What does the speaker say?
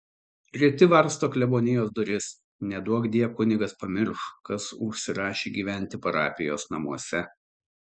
treti varsto klebonijos duris neduokdie kunigas pamirš kas užsirašė gyventi parapijos namuose